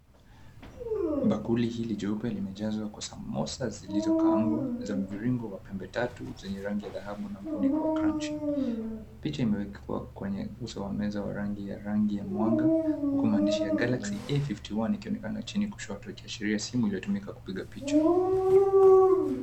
Bakuli hili jeupe limejazwa kwa samosa zilizokaangwa za mviringo wa pembe tatu zenye rangi ya dhahabu na mpuniko wa crunchy . Picha imewekwa kwenye uso wa meza ya rangi ya mwanga, huku maandishi ya, GALAXY A51 ikionekana chini kushoto ikiashiria simu iliyotumika kupiga picha.